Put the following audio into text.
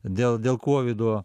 dėl dėl kovido